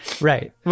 Right